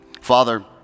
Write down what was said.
Father